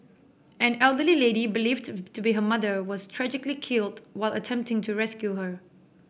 an elderly lady believed to be her mother was tragically killed while attempting to rescue her